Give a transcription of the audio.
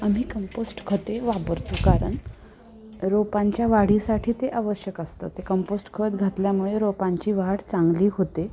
आम्ही कंपोस्ट खते वापरतो कारण रोपांच्या वाढीसाठी ते आवश्यक असतं ते कंपोस्ट खत घातल्यामुळे रोपांची वाढ चांगली होते